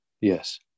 Yes